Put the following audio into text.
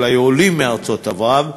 של העולים מארצות הערב,